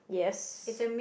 yes